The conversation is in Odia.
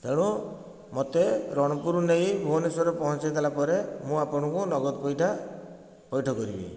ତେଣୁ ମୋତେ ରଣପୁରରୁ ନେଇ ଭୁବନେଶ୍ୱରରେ ପହଞ୍ଚାଇ ଦେଲା ପରେ ମୁଁ ଆପଣଙ୍କୁ ନଗଦ ପଇସା ପୈଠ କରିବି